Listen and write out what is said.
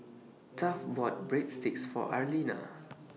Taft bought Breadsticks For Arlena